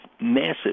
massive